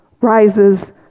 rises